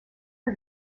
for